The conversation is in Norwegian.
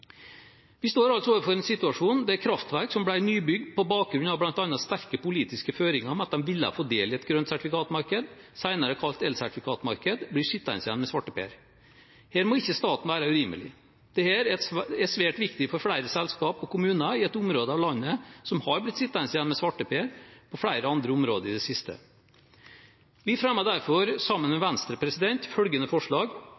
Vi står altså overfor en situasjon der kraftverk som ble nybygd på bakgrunn av bl.a. sterke politiske føringer om at de ville få del i et grønt sertifikatmarked, senere kalt elsertifikatmarked, blir sittende igjen med svarteper. Her må ikke staten være urimelig. Dette er svært viktig for flere selskaper og kommuner i et område av landet som har blitt sittende igjen med svarteper på flere andre områder i det siste. Vi fremmer derfor, sammen med Venstre, følgende forslag: